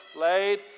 laid